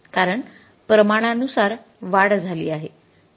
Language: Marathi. कारण प्रमाणानुसार वाढ झाली आहे